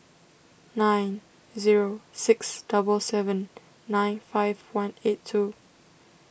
nine zero six double seven nine five one eight two